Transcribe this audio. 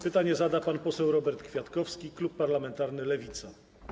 Pytanie zada pan poseł Robert Kwiatkowski, klub parlamentarny Lewica.